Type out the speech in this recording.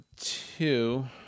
two